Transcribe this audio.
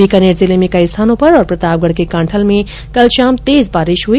बीकानेर जिले में कई स्थानों पर और प्रतापगढ के कांठल में कल शाम तेज बारिश हुई